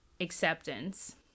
acceptance